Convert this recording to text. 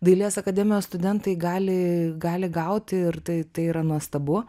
dailės akademijos studentai gali gali gauti ir tai tai yra nuostabu